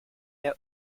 your